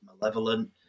malevolent